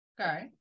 Okay